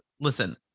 listen